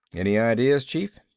any ideas, chief?